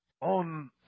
on